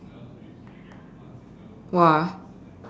!wah!